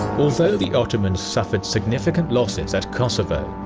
although the ottomans suffered significant losses at kosovo,